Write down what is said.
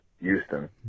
Houston